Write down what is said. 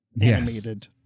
animated